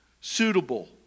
suitable